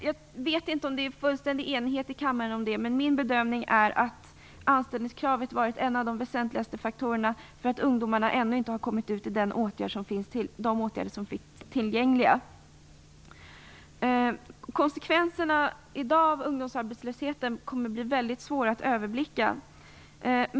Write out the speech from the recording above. Jag vet inte om det råder fullständig enighet i kammaren om detta, men min bedömning är att anställningskravet är en av de faktorer som väsentligen bidragit till att ungdomarna ännu inte har kommit ut i de åtgärder som finns tillgängliga. Konsekvenserna av ungdomsarbetslösheten i dag kommer att bli väldigt svåra att överblicka.